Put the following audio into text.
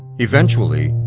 eventually,